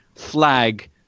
flag